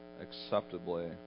acceptably